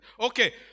Okay